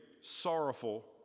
sorrowful